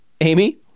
Amy